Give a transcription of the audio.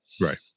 Right